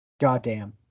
goddamn